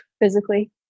physically